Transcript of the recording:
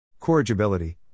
Corrigibility